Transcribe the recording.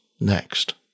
next